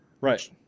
Right